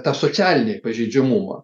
tą socialinį pažeidžiamumą